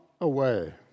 away